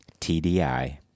TDI